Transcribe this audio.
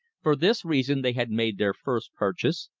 for this reason they had made their first purchase,